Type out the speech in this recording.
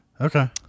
Okay